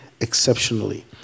exceptionally